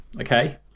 okay